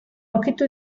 aurkitu